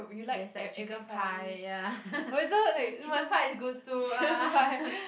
there's like chicken pie ya chicken pie is good too ah